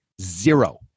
Zero